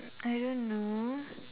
I don't know